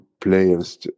players